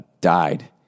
died